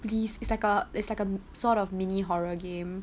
please it's like a it's like a sort of mini horror game